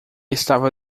estava